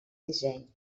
disseny